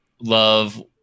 Love